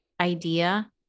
Idea